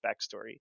backstory